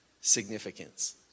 significance